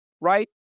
right